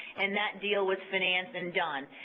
and that deal was financed and done.